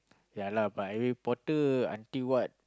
ya lah but anyway portal until what